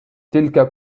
تلك